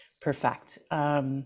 perfect